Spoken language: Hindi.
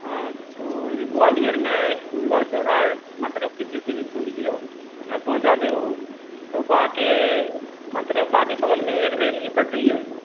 हाँ तो ये ग्वालियर में एक फूल गाँव चौराहा है मतलब किसी से भी पूछ लियो तुम्हे पहुंचा देगा वो तो बाकी मतलब बाकी बगल में एक रेल की पटरी है